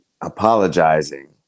apologizing